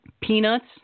Peanuts